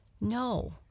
No